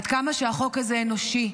עד כמה שהחוק הזה אנושי,